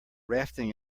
rafting